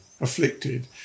afflicted